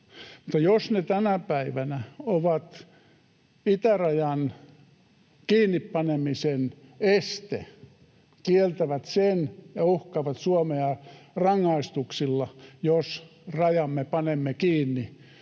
jos ne tänä päivänä ovat itärajan kiinnipanemisen este, kieltävät sen ja uhkaavat Suomea rangaistuksilla, jos rajamme panemme kiinni,